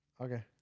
okay